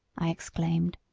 i exclaimed.